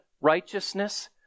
righteousness